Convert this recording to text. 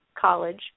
college